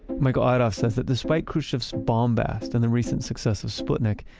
michael idov says that despite khrushchev's bombast and the recent success with sputnik,